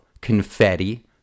confetti